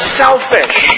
selfish